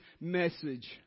message